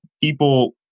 people